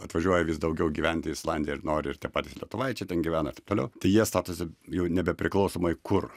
atvažiuoja vis daugiau gyventi į islandiją ir nori ir tie patys lietuvaičiai ten gyvena taip toliau tai jie statosi jau nebepriklausomai kur